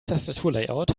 tastaturlayout